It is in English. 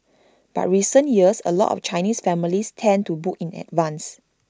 but recent years A lot of Chinese families tend to book in advance